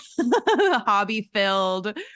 hobby-filled